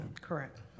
Correct